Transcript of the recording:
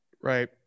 Right